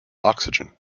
oxygen